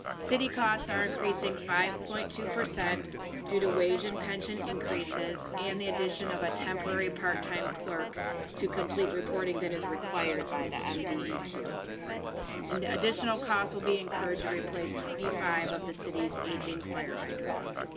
city costs are increasing five point two due to wage and pension increases and the addition of a temporary part time clerk to complete reporting that is required by the um mde queue and the additional cost will be incurred to replace twenty five of the city's aging fire hydrants.